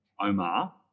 Omar